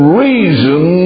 reason